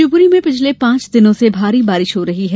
शिवपूरी में पिछले पांच दिन से भारी बारिश हो रही है